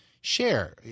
share